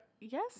Yes